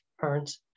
parents